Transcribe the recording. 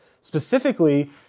specifically